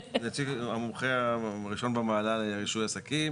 המומחה הראשון במעלה לרישוי עסקים,